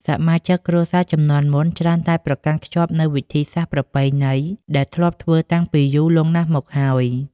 សមាជិកគ្រួសារជំនាន់មុនច្រើនតែប្រកាន់ខ្ជាប់នូវ វិធីសាស្ត្រប្រពៃណី ដែលធ្លាប់ធ្វើតាំងពីយូរលង់ណាស់មកហើយ។